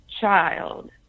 child